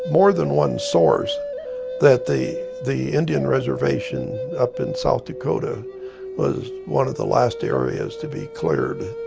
more than one source that the the indian reservation up in south dakota was one of the last areas to be cleared.